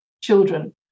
children